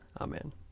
Amen